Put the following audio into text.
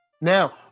Now